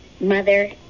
Mother